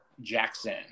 Jackson